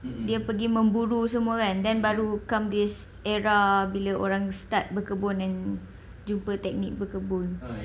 dia pergi memburu semua kan then baru come this era bila orang start berkebun and jumpa teknik berkebun